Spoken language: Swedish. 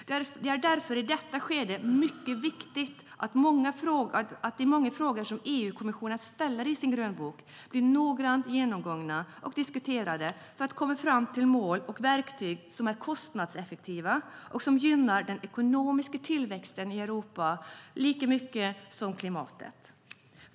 Det är därför i detta skede mycket viktigt att de många frågor som EU-kommissionen ställer i sin grönbok blir noggrant genomgångna och diskuterade för att vi ska komma fram till mål och verktyg som är kostnadseffektiva och gynnar den ekonomiska tillväxten i Europa lika mycket som klimatet.